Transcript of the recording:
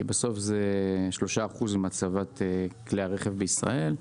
כי בסוף זה 3% ממצבת כלי הרכב בישראל,